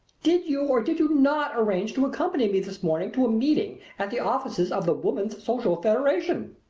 did you or did you not arrange to accompany me this morning to a meeting at the offices of the women's social federation?